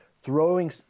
throwing